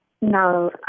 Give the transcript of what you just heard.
No